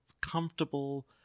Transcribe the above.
comfortable